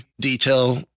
detail